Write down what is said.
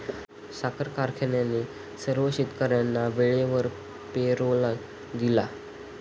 साखर कारखान्याने सर्व शेतकर्यांना वेळेवर पेरोल दिला